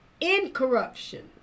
incorruption